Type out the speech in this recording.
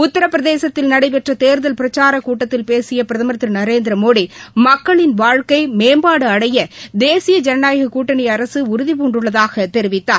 உத்தரப் பிரதேசத்தில் நடைபெற்ற தேர்தல் பிரக்சார கூட்டத்தில் பேசிய பிரதமர் திரு நரேந்திரமோடி மக்களின் வாழ்க்கை மேம்பாடு அடைய தேசிய ஜனநாயக கூட்டணி அரசு உறுதிபூண்டுள்ளதாக தெரிவித்தார்